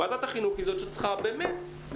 ועדת החינוך היא זאת שצריכה לפקח,